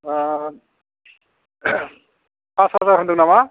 दा पास हाजार होनदों नामा